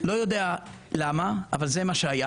לא יודע למה, אבל זה מה שהיה